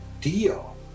deal